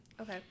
Okay